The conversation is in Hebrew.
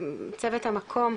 לצוות המקום,